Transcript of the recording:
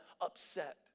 upset